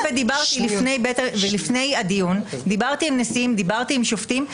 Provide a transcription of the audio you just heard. שאלתי ודיברתי לפני הדיון עם נשיאים ועם שופטים.